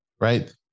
right